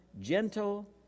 gentle